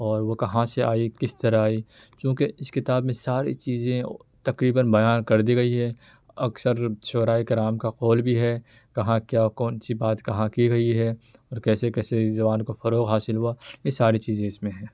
اور وہ کہاں سے آئی کس طرح آئی چونکہ اس کتاب میں ساری چیزیں تقریباً بیان کر دی گئی ہے اکثر شعراء کرام کا قول بھی ہے کہاں کیا کون سی بات کہاں کی گئی ہے اور کیسے کیسے اس زبان کو فروغ حاصل ہوا یہ ساری چیزیں اس میں ہیں